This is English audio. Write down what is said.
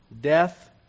Death